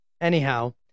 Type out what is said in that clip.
Anyhow